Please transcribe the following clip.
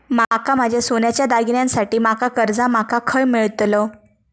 माका माझ्या सोन्याच्या दागिन्यांसाठी माका कर्जा माका खय मेळतल?